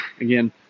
again